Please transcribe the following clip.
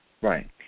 Right